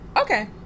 Okay